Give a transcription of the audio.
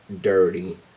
dirty